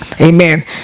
Amen